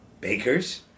Baker's